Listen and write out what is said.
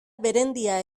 berendia